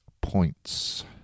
points